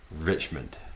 Richmond